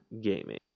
gaming